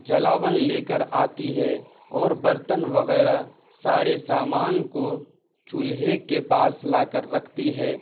جلاون لے کر آتی ہے اور برتن وغیرہ سارے سامان کو چولہے کے پاس لا کر رکھتی ہے